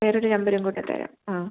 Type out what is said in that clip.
വേറൊരു നമ്പരും കൂടെ തരാം ആ